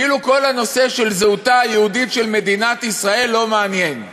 כאילו כל הנושא של זהותה היהודית של מדינת ישראל לא מעניין.